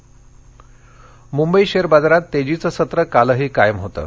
share Mumbai शक्ते बाजारात तक्रीचं सत्र कालही कायम होतं